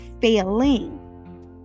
failing